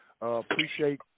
Appreciate